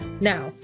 Now